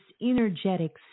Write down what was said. energetic